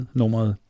nummeret